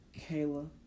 Kayla